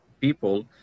people